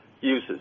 uses